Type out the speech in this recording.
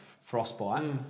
frostbite